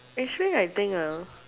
actually I think ah